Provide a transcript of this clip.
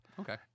Okay